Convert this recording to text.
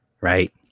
right